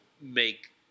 make